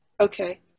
Okay